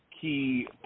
key